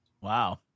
Wow